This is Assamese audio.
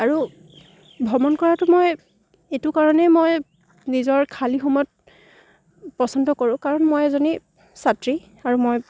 আৰু ভ্ৰমণ কৰাটো মই এইটো কাৰণেই মই নিজৰ খালী সময়ত পচন্দ কৰোঁ কাৰণ মই এজনী ছাত্ৰী আৰু মই